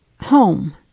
home